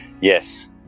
Yes